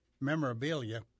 memorabilia